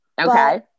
Okay